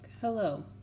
Hello